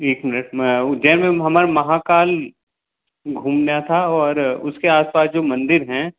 एक मिनट मैं उज्जैन में हमारा महाकाल घूमना था और उसके आस पास जो मंदिर हैं